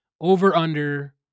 Over-under